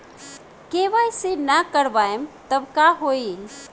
KYC ना करवाएम तब का होई?